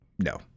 no